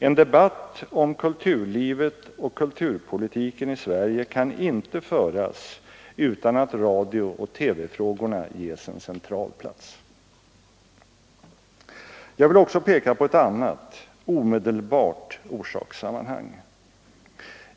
En debatt om kulturlivet och kulturpolitiken i Sverige kan inte föras utan att radiooch TV-frågorna ges en central plats. Jag vill också peka på ett annat, omedelbart orsakssammanhang.